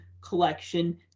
collection